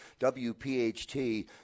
WPHT